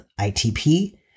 ITP